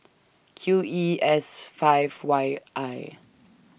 Q E S five Y I